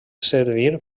servir